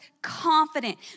Confident